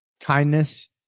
kindness